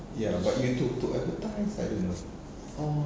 ya but you took to advertise I don't know